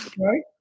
Right